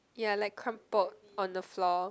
ya like crumpled on the floor